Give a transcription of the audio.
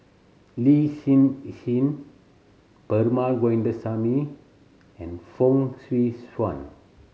Lin Hsin Hsin Perumal Govindaswamy and Fong Swee Suan